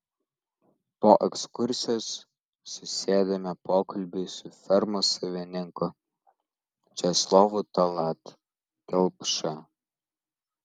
po ekskursijos susėdame pokalbiui su fermos savininku česlovu tallat kelpša